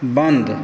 बन्द